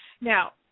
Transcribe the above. Now